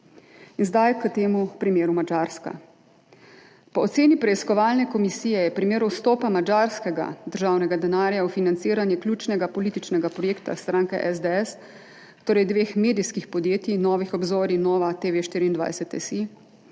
zdaj k temu primeru Madžarske. Po oceni preiskovalne komisije je v primeru vstopa madžarskega državnega denarja v financiranje ključnega političnega projekta stranke SDS, torej dveh medijskih podjetij, Novih obzorij in NovaTV24.si,